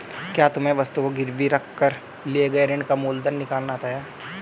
क्या तुम्हें वस्तु को गिरवी रख कर लिए गए ऋण का मूलधन निकालना आता है?